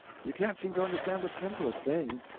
you can't seem to understand the simplest thing.